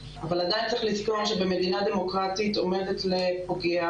אבל עדיין צריך לזכור שבמדינה דמוקרטית עומדת לפוגע